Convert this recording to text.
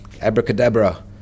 abracadabra